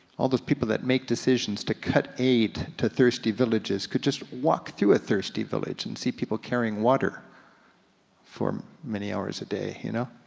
all those people that make decisions to cut aid to thirsty villages could just walk through a thirsty village and see people carrying water for many hours a day, you know?